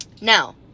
now